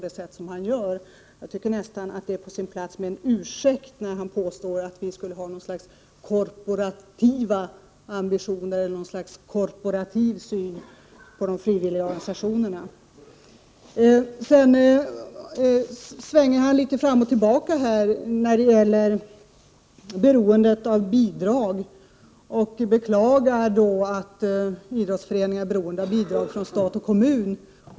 Det är nästan på sin plats med en ursäkt från Bo Lundgren, som påstår att vi skulle ha något slags korporativa ambitioner eller korporativ syn i fråga om de frivilliga organisationerna. Bo Lundgren svänger litet fram och tillbaka när det gäller beroendet av bidrag. Han beklagar att idrottsföreningar är beroende av bidrag från stat och kommun.